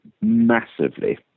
massively